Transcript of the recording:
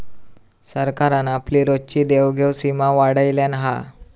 सरकारान आपली रोजची देवघेव सीमा वाढयल्यान हा